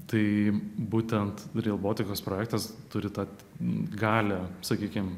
tai būtent real baltikos projektas turi tą galią sakykim